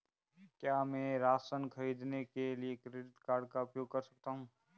क्या मैं राशन खरीदने के लिए क्रेडिट कार्ड का उपयोग कर सकता हूँ?